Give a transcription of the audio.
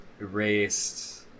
erased